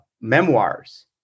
memoirs